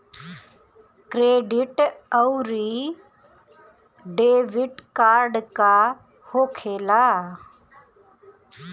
Credit आउरी debit card का होखेला?